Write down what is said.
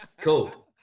cool